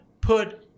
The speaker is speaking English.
put